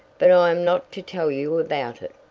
but i am not to tell you about it.